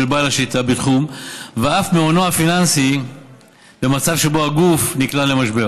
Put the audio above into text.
בעל השליטה בתחום ואף מהונו הפיננסי במצב שבו הגוף נקלע למשבר